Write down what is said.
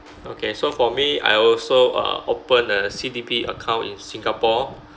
okay so for me I also uh open a C_D_P account in singapore